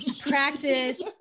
practice